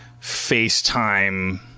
facetime